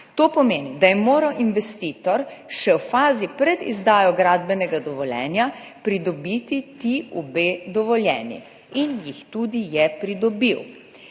To pomeni, da je moral investitor še v fazi pred izdajo gradbenega dovoljenja pridobiti obe dovoljenji in ju je tudi pridobil.